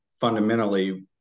fundamentally